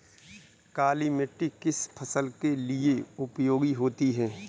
काली मिट्टी किस फसल के लिए उपयोगी होती है?